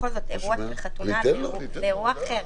בכל זאת אירוע של חתונה הוא אירוע אחר.